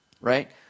Right